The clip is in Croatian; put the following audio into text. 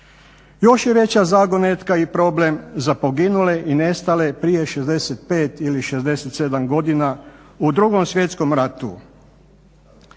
Još je veća zagonetka i problem za poginule i nestale prije 65 ili 67 godina u 2.svjetskom ratu.